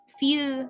feel